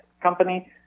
company